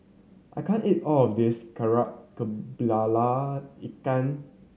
I can't eat all of this Kari Kepala Ikan